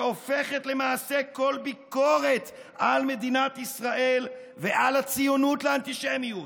והופכת למעשה כל ביקורת על מדינת ישראל ועל הציונות לאנטישמיות.